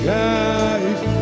life